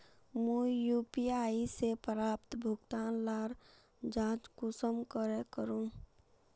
मुई यु.पी.आई से प्राप्त भुगतान लार जाँच कुंसम करे करूम?